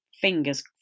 fingers